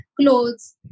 clothes